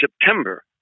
September